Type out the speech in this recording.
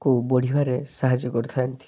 କୁ ବଢ଼ିବାରେ ସାହାଯ୍ୟ କରିଥାନ୍ତି